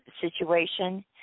situation